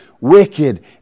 Wicked